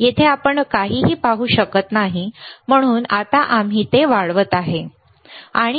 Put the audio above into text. येथे आपण काहीही पाहू शकत नाही म्हणून आता आम्ही ते वाढवत आहोत बरोबर